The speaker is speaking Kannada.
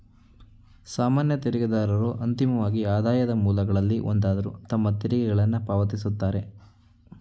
ಸಾಮಾನ್ಯ ತೆರಿಗೆದಾರರು ಅಂತಿಮವಾಗಿ ಆದಾಯದ ಮೂಲಗಳಲ್ಲಿ ಒಂದಾದ್ರು ತಮ್ಮ ತೆರಿಗೆಗಳನ್ನ ಪಾವತಿಸುತ್ತಾರೆ